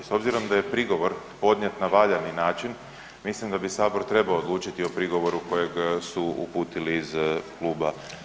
S obzirom da je prigovor podnijet na valjani način, mislim da bi Sabor trebao odlučiti o prigovoru kojeg su uputili iz kluba.